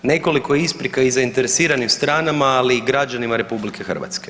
Nekoliko isprika i zainteresiranim stranama, ali i građanima RH.